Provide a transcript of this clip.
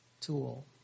tool